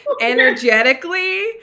energetically